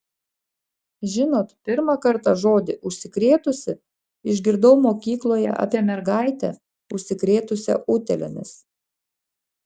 žinot pirmą kartą žodį užsikrėtusi išgirdau mokykloje apie mergaitę užsikrėtusią utėlėmis